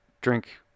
drink